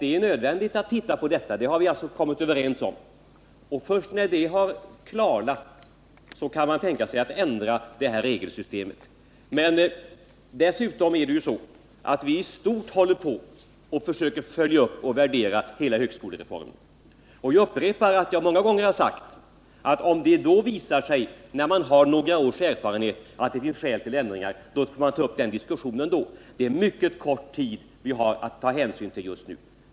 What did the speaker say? Det är nödvändigt att se över detta, och det har vi kommit överens om. Först när detta klarlagts kan man tänka sig en ändring av regelsystemet. Dessutom försöker vi redan nu följa upp och värdera hela högskolereformen. Jag upprepar det som jag många gånger har sagt, att man får ta upp den diskussionen när man har några års erfarenhet, om det då visar sig att det finns skäl att göra ändringar. Det är en mycket kort tid vi har att ta hänsyn till just nu.